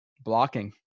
Blocking